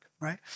right